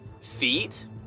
feet